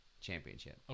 Championship